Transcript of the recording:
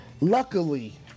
Luckily